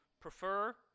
prefer